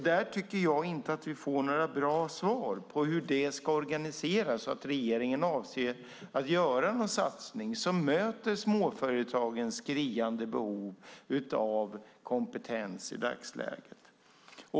Där tycker jag inte att vi får några bra svar på hur det ska organiseras eller om regeringen avser att göra någon satsning som möter småföretagens skriande behov av kompetens i dagsläget.